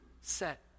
set